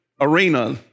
arena